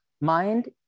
Mind